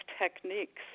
techniques